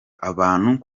abantu